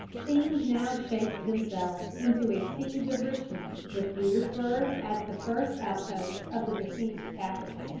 things now shaped themselves into a siege of richmond, with petersburg as the first outpost of the besieged capital.